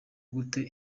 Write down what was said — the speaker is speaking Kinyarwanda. gute